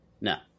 No